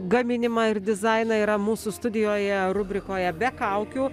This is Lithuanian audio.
gaminimą ir dizainą yra mūsų studijoje rubrikoje be kaukių